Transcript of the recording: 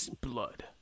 Blood